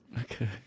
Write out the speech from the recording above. okay